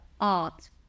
art